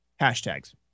Hashtags